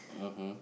mmhmm